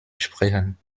sprechen